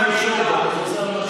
בצורה יעילה.